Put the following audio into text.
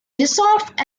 dissolved